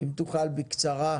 אם תוכל בקצרה.